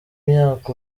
myaka